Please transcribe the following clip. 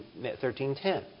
13:10